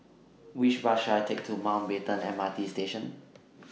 Which Bus should I Take to Mountbatten M R T Station